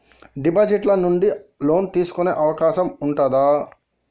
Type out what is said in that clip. Deposit ల నుండి loan తీసుకునే అవకాశం ఉంటదా?